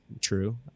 true